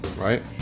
right